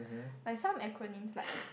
like some acronyms like